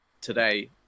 today